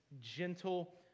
gentle